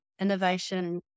Innovation